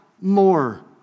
more